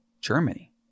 Germany